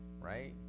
right